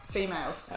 Females